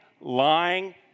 lying